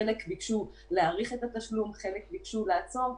חלק ביקשו להאריך את התשלום, חלק ביקשו לעצור,